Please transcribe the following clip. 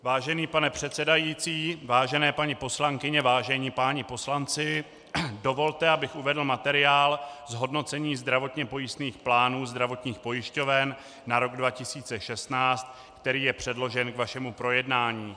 Vážený pane předsedající, vážené paní poslankyně, vážení páni poslanci, dovolte, abych uvedl materiál zhodnocení zdravotně pojistných plánů zdravotních pojišťoven na rok 2016, který je předložen k vašemu projednání.